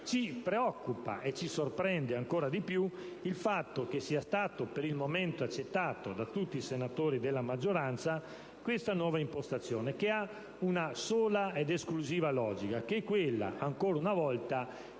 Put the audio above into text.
ci preoccupa e ci sorprende ancora di più il fatto che sia stata per il momento accettata da tutti i senatori della maggioranza questa nuova impostazione, che ha una sola ed esclusiva logica: quella, ancora una volta,